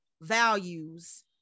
values